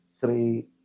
three